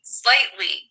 slightly